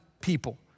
people